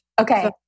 okay